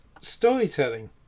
Storytelling